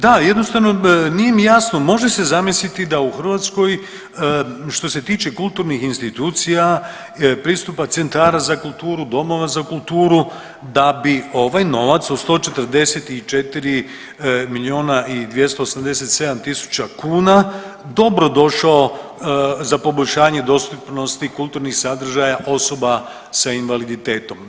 Da jednostavno nije mi jasno, može se zamisliti da u Hrvatskoj što se tiče kulturnih institucija pristupa centara za kulturu, domova za kulturu da bi ovaj novac od 144 milijuna i 287 000 kuna dobro došao za poboljšanje dostupnosti kulturnih sadržaja osoba sa invaliditetom.